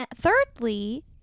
Thirdly